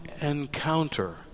encounter